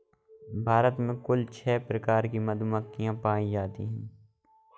भारत में कुल छः प्रकार की मधुमक्खियां पायी जातीं है